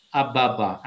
ababa